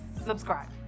Subscribe